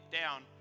down